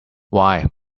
why